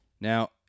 Now